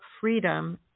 freedom